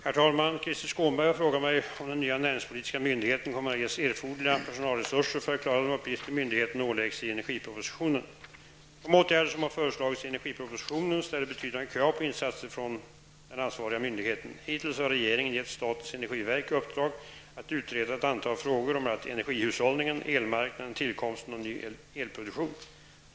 Herr talman! Krister Skånberg har frågat mig om den nya näringspolitiska myndigheten kommer att ges erforderliga personalresurser för att klara de uppgifter myndigheten åläggs i energipropositionen. De åtgärder som har föreslagits i energipropositionen ställer betydande krav på insatser från den ansvariga myndigheten. Hittills har regeringen gett statens energiverk i uppdrag att utreda ett antal frågor om bl.a. energihushållning, elmarknaden och tillkomsten av ny elproduktion.